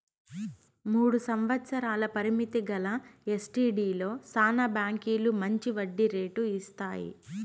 మూడు సంవత్సరాల పరిమితి గల ఎస్టీడీలో శానా బాంకీలు మంచి వడ్డీ రేటు ఇస్తాయి